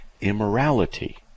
immorality